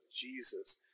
Jesus